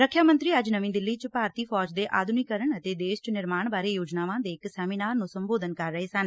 ਰੱਖਿਆ ਮੰਤਰੀ ਅੱਜ ਨਵੀਂ ਦਿੱਲੀ ਚ ਭਾਰਤੀ ਫੌਜ ਦੇ ਆਧੁਨਿਕੀ ਕਰਨ ਅਤੇ ਦੇਸ਼ ਚ ਨਿਰਮਾਣ ਬਾਰੇ ਯੋਜਨਾਵਾਂ ਦੇ ਸੈਮੀਨਾਰ ਨੂੰ ਸੰਬੋਧਨ ਕਰ ਰਹੇ ਸਨ